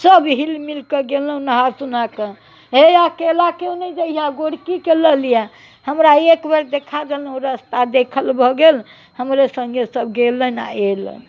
सब हिलमिलकऽ गेलहुँ नहासोनाकऽ हे अकेला केओ नहि जइहेँ गोरकीके लऽ लिहेँ हमरा एकबेर देखा देलहुँ रस्ता देखल भऽ गेल हमरे सङ्गे सब गेलनि आओर अएलनि